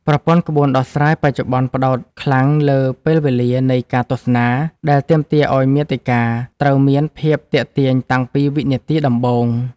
ប្រព័ន្ធក្បួនដោះស្រាយបច្ចុប្បន្នផ្ដោតខ្លាំងលើ ពេលវេលានៃការទស្សនា ដែលទាមទារឱ្យមាតិកាត្រូវមានភាពទាក់ទាញតាំងពីវិនាទីដំបូង។